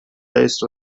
based